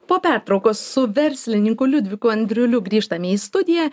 po pertraukos su verslininku liudviku andriuliu grįžtame į studiją